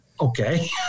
okay